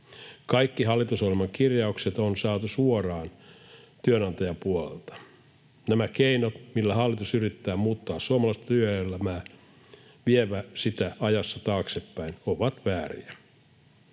Kaikki hallitusohjelman kirjaukset on saatu suoraan työnantajapuolelta. Nämä keinot, millä hallitus yrittää muuttaa suomalaista työelämää, vievät sitä ajassa taaksepäin ja ovat vääriä.